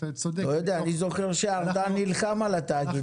אני זוכר שארדן נלחם על התאגיד.